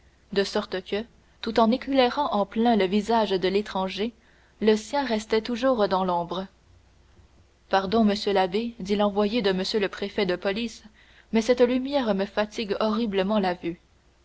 de sorte que tout en éclairant en plein le visage de l'étranger le sien restait toujours dans l'ombre pardon monsieur l'abbé dit l'envoyé de m le préfet de police mais cette lumière me fatigue horriblement la vue